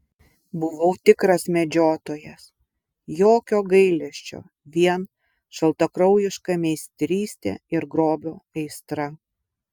buvau tikras medžiotojas jokio gailesčio vien šaltakraujiška meistrystė ir grobio aistra